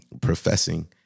professing